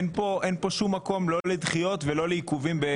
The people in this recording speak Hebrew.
אין פה שום מקום, לא לדחיות ולא לעיכובים.